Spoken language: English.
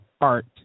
art